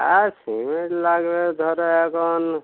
হ্যাঁ সিমেন্ট লাগবে ধরে এখন